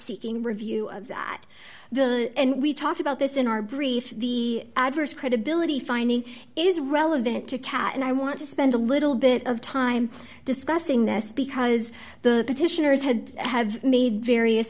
seeking review of that and we talked about this in our brief the adverse credibility finding is relevant to cat and i want to spend a little bit of time discussing this because the petitioners had have made various